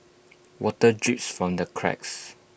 water drips from the cracks